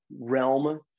realm